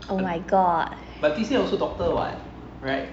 oh my god